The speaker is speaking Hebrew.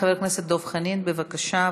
חבר הכנסת דב חנין, בבקשה.